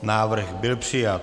Návrh byl přijat.